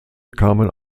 kamen